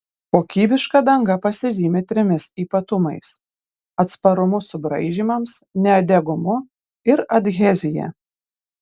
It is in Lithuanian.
kokybiška danga pasižymi trimis ypatumais atsparumu subraižymams nedegumu ir adhezija